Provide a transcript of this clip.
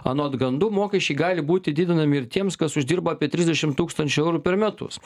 anot gandų mokesčiai gali būti didinami ir tiems kas uždirba apie trisdešim tūkstančių eurų per metus